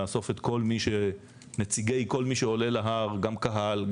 לאסוף את נציגי כל מי שעולה להר גם קהל,